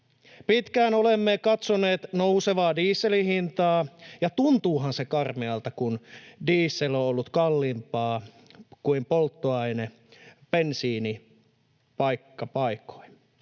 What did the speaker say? Pitkään olemme katsoneet nousevaa dieselin hintaa, ja tuntuuhan se karmealta, kun diesel on ollut kalliimpaa kuin bensiini paikka paikoin.